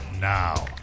Now